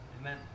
Amen